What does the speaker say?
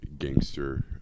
gangster